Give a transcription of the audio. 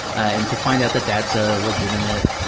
and to find out that that's a legitimate